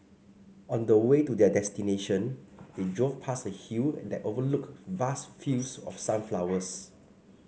on the way to their destination they drove past a hill that overlooked vast fields of sunflowers